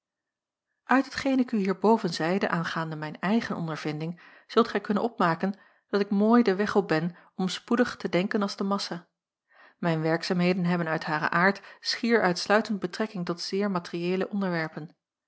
uit hetgeen ik u hierboven zeide aangaande mijn eigen ondervinding zult gij kunnen opmaken dat ik mooi den weg op ben om spoedig te denken als de massa mijn werkzaamheden hebben uit haren aard schier uitsluitend betrekking tot zeer materieele onderwerpen